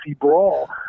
brawl